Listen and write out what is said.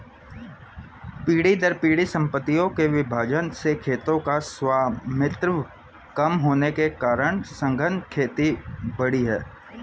पीढ़ी दर पीढ़ी सम्पत्तियों के विभाजन से खेतों का स्वामित्व कम होने के कारण सघन खेती बढ़ी है